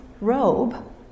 robe